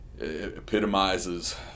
epitomizes